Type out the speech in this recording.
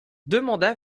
demanda